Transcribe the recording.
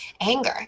anger